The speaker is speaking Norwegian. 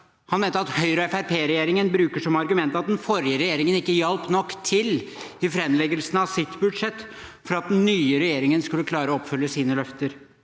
han mente at Høyre–Fremskrittsparti-regjeringen bruker som argument at den forrige regjeringen ikke hjalp nok til ved framleggelsen av sitt budsjett for at den nye regjeringen skulle klare å oppfylle sine løfter.